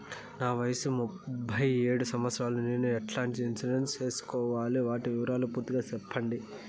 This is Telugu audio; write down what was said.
నా వయస్సు యాభై ఏడు సంవత్సరాలు నేను ఎట్లాంటి ఇన్సూరెన్సు సేసుకోవాలి? వాటి వివరాలు పూర్తి గా సెప్పండి?